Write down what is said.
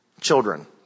children